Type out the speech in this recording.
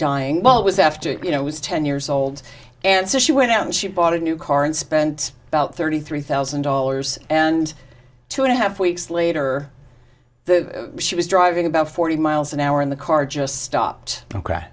dying while it was after you know was ten years old and so she went out and she bought a new car and spent about thirty three thousand dollars and two and a half weeks later the she was driving about forty miles an hour in the car just stopped